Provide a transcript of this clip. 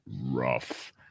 rough